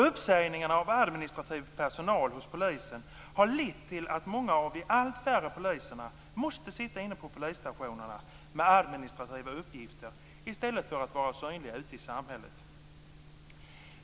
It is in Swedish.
Uppsägningarna av administrativ personal hos polisen har lett till att många av de allt färre poliserna måste sitta inne på polisstationerna med administrativa uppgifter i stället för att vara synliga ute i samhället.